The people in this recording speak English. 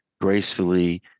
gracefully